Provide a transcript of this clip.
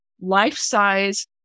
life-size